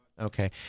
okay